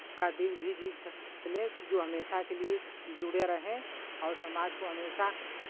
का दिल भी जीत स लें कि जो हमेशा के लिये जुड़े रहें और समाज को हमेशा